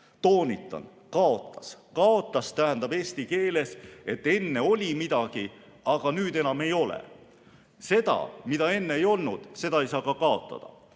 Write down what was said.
Toonitan: kaotas. "Kaotas" tähendab eesti keeles, et enne oli midagi, aga nüüd enam ei ole. Seda, mida enne ei olnud, ei saa ka kaotada.